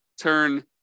turn